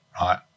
Right